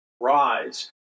rise